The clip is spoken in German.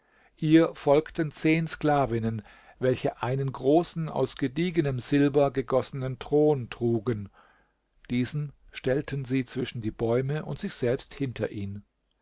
ihr folgten zehn sklavinnen welche einen großen aus gediegenem silber gegossenen thron trugen diesen stellten sie zwischen die bäume und sich selbst hinter ihn